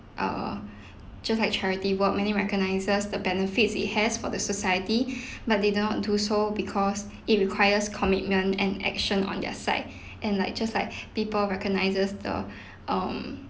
err just like charity work many recognises the benefits it has for the society but they do not do so because it requires commitment and action on their side and like just like people recognises the um